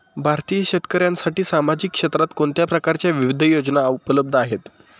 भारतीय शेतकऱ्यांसाठी सामाजिक क्षेत्रात कोणत्या प्रकारच्या विविध योजना उपलब्ध आहेत?